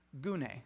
Gune